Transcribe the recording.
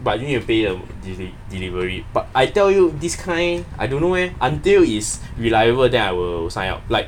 but you need to pay the deliv~ delivery but I tell you this kind I don't know eh until is reliable there I will sign up like